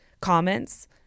comments